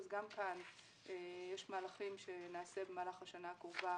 גם כאן יש מהלכים שנעשה במהלך השנה הקרובה